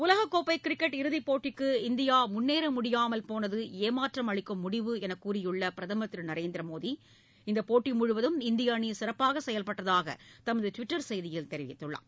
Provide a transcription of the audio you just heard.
உலகக்கோப்பைகிரிக்கெட் இறுதிப்போட்டிக்கு இந்தியாமுன்னேறமுடியாமல் போனதுளமாற்றம் முடிவு என்றுகூறியுள்ளபிரதமர் திருநரேந்திரமோடி இந்தப் அளிக்கும் போட்டிமுழுவதும் இந்தியஅணிசிறப்பாகசெயல்பட்டதாகதமதுடுவிட்டர் செய்தியில் தெரிவித்துள்ளார்